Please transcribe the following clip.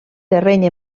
terreny